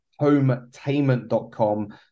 hometainment.com